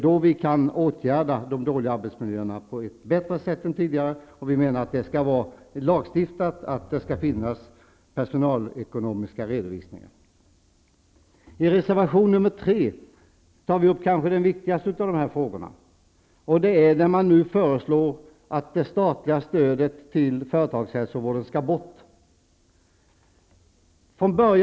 Då kan vi åtgärda de dåliga arbetsmiljöerna på ett bättre sätt än tidigare. Det skall vara lagstiftat att det skall finnas personalekonomiska redovisningar. I reservation 3 tar vi upp kanske den viktigaste av alla dessa frågor. Nu föreslås att det statliga stödet till företagshälsovården skall bort.